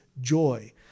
joy